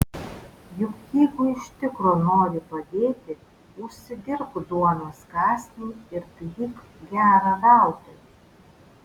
juk jeigu iš tikro nori padėti užsidirbk duonos kąsnį ir daryk gera veltui